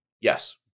yes